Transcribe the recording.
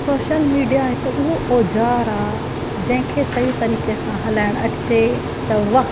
social media हिकु उहो औज़ारु आहे जंहिं खे सही तरीक़े सां हलाइणु अचे त वाह